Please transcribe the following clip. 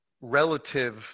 relative